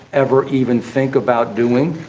ever even think about doing.